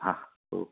હા ઓકે